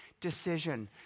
decision